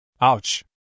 Ouch